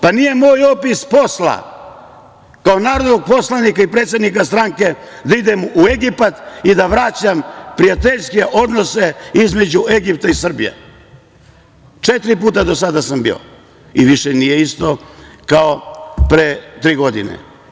Pa, nije moj opis posla kao narodnog poslanika i predsednika stranke da idem u Egipat i da vraćam prijateljske odnose između Egipta i Srbije. četiri puta do sada sam bio i više nije isto kao pre tri godine.